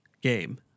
game